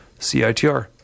CITR